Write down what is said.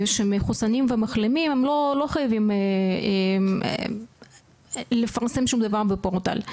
שמחוסנים ומחלימים הם לא חייבים לפרסם שום דבר בפורטל.